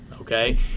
Okay